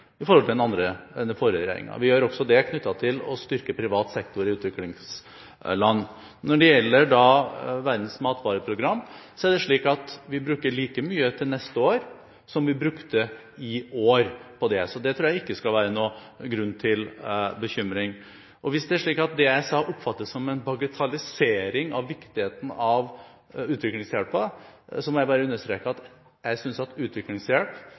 i forhold til den forrige regjeringen. Det gjør vi også knyttet til det å styrke privat sektor i utviklingsland. Når det gjelder Verdens matvareprogram, er det slik at vi bruker like mye til neste år som vi brukte i år på det, så der tror jeg ikke det skal være noen grunn til bekymring. Hvis det er slik at det jeg sa, oppfattes som en bagatellisering av viktigheten av utviklingshjelpen, må jeg bare understreke at jeg synes at utviklingshjelp